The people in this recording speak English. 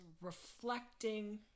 reflecting